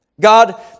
God